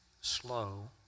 Slow